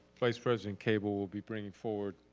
vice-president cable will be bringing forward